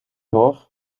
hoor